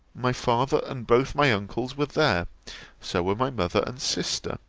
my father and both my uncles were there so were my mother and sister.